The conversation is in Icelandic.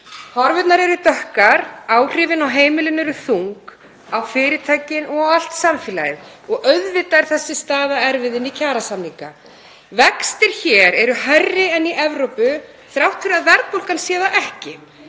Horfurnar eru dökkar, áhrifin á heimilin eru þung, á fyrirtækin og allt samfélagið og auðvitað er þessi staða erfið fyrir kjarasamninga. Vextir hér eru hærri en í Evrópu þrátt fyrir að verðbólgan sé það ekki.